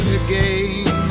again